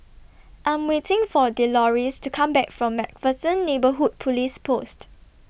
I Am waiting For A Deloris to Come Back from MacPherson Neighbourhood Police Post